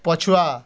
ପଛୁଆ